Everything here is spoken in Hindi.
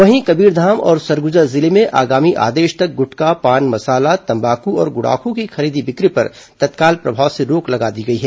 वहीं कबीरघाम और सरगुजा जिले में आगामी आदेश तक गुटखा पान मसाला तम्बाकू और गुड़ाखू की खरीदी बिक्री पर तत्काल प्रभाव से रोक लगा दी गई है